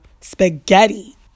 Spaghetti